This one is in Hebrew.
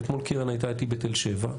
ואתמול קרן הייתה איתי בתל שבע -- ובלוד.